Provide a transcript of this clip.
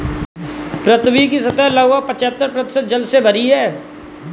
पृथ्वी की सतह लगभग पचहत्तर प्रतिशत जल से भरी है